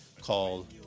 called